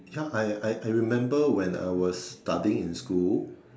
ya I I I remember when I was studying in school